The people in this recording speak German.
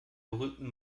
berühmten